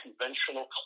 conventional